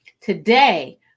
Today